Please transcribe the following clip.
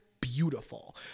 beautiful